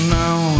now